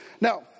Now